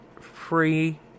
free